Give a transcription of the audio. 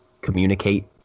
communicate